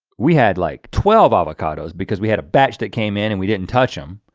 we had like twelve avocados because we had a batch that came in and we didn't touch them.